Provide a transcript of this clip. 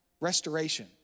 restoration